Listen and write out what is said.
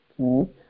okay